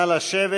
נא לשבת.